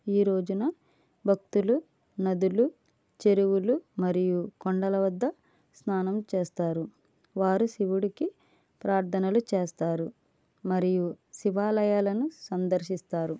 ఈ రోజున భక్తులు నదులు చెరువులు మరియు కొండల వద్ద స్నానం చేస్తారు వారు శివుడికి ప్రార్థనలు చేస్తారు మరియు శివాలయాలను సందర్శిస్తారు